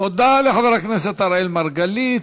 תודה לחבר הכנסת אראל מרגלית.